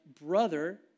brother